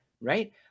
right